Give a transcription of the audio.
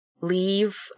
Leave